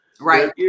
Right